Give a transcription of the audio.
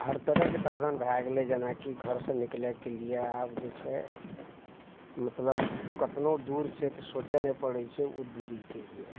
हर तरहके साधन भए गेलै जेनाकि घरसँ निकलैके लिये आब जे छै मतलब कतनो दूर छै तऽ सोचऽ नहि पड़य छै ओ दूरीके लिये